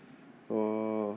oh